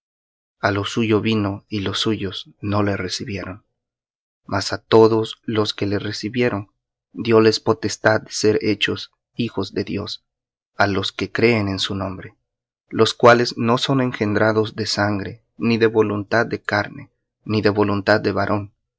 a lo suyo vino y los suyos no le recibieron mas á todos los que le recibieron dióles potestad de ser hechos hijos de dios á los que creen en su nombre los cuales no son engendrados de sangre ni de voluntad de carne ni de voluntad de varón